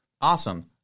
Awesome